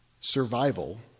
survival